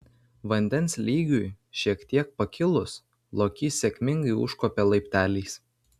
vandens lygiui šiek tiek pakilus lokys sėkmingai užkopė laipteliais